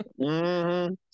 -hmm